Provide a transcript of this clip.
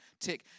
tick